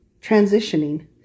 transitioning